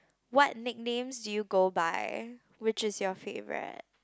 what nicknames do you go by which is your favourite